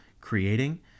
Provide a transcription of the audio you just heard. creating